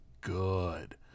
good